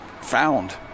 found